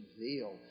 reveal